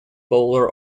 bowler